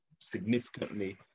significantly